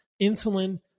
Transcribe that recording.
Insulin